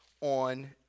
on